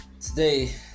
today